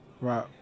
Right